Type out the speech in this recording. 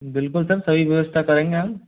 बिल्कुल सर सभी व्यवस्था करेंगे हम